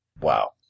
Wow